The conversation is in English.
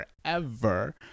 forever